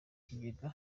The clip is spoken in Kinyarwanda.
kigega